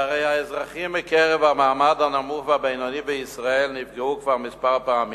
והרי האזרחים מקרב המעמד הנמוך והבינוני בישראל נפגעו כבר פעמים מספר,